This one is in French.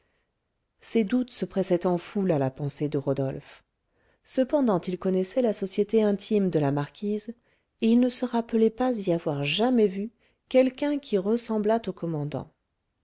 ces doutes se pressaient en foule à la pensée de rodolphe cependant il connaissait la société intime de la marquise et il ne se rappelait pas y avoir jamais vu quelqu'un qui ressemblât au commandant